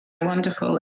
Wonderful